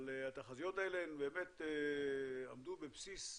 התחזיות האלה עמדו בבסיסי החקיקה,